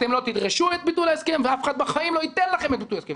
אתם לא תדרשו את ביטול ההסכם ואף אחד בחיים לא ייתן לכם את ביטול ההסכם.